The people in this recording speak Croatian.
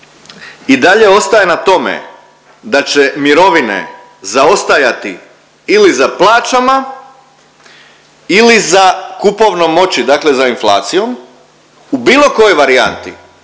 i dalje ostaje na tome da će mirovine zaostajati ili za plaćama ili za kupovnom moći, dakle za inflacijom u bilo kojoj varijanti